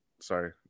Sorry